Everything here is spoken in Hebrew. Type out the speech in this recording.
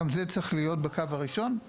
גם זה צריך להיות בקו הראשון.